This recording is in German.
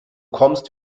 kommst